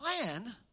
plan